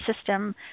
system